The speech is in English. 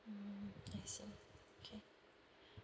mm I see okay